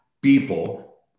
people